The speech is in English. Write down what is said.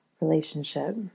relationship